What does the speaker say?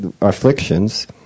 afflictions